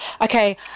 okay